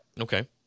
Okay